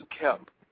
kept